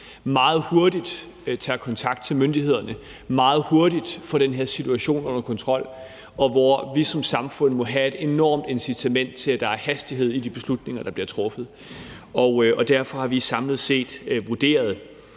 meget hurtigt tager kontakt til myndighederne og meget hurtigt får den her situation under kontrol, og vi har også som samfund et enormt incitament til, at der er hastighed i de beslutninger, der bliver truffet. Derfor har vi samlet set vurderet,